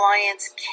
Alliance